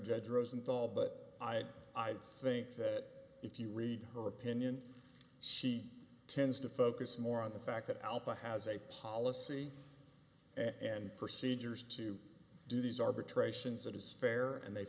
dead rosenthal but i i'd think that if you read her opinion she tends to focus more on the fact that alpha has a policy and procedures to do these arbitrations that is fair and they